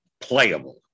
playable